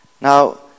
Now